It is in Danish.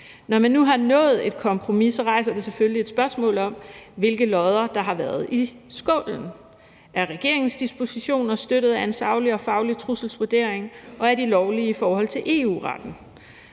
Når man nu har nået et kompromis, rejser det selvfølgelig et spørgsmål om, hvilke lodder der har været i skålen. Er regeringens dispositioner støttet af en saglig og faglig trusselsvurdering, og er de lovlige i forhold til EU-retten?